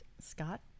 Scott